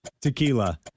Tequila